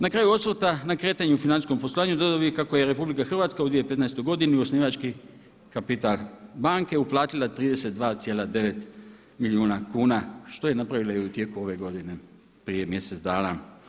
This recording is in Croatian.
Na kraju osvrta na kretanju u financijskom poslovanju dodao bih kako je RH u 2015. u osnivački kapital banke uplatila 32,9 milijuna kuna što je napravila i u tijeku ove godine prije mjesec dana.